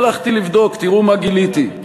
הלכתי לבדוק, תראו מה גיליתי.